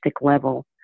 level